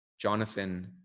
Jonathan